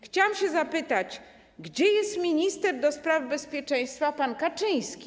Chciałam się zapytać, gdzie jest minister do spraw bezpieczeństwa pan Kaczyński.